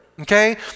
Okay